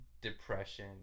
depression